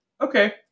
Okay